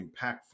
impactful